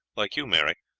like you, mary,